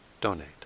donate